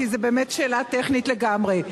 כי זו באמת שאלה טכנית לגמרי.